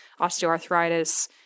osteoarthritis